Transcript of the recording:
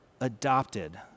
adopted